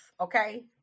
okay